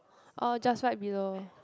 orh just right below